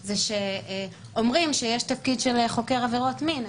זה שאומרים שיש תפקיד של חוקר עבירות מין,